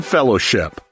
Fellowship